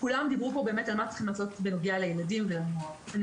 דיברו פה על מה צריכים לעשות בנוגע לילדים ולנוער.